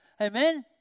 Amen